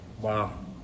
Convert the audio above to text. Wow